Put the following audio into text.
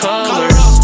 Colors